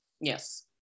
Yes